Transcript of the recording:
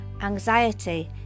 Anxiety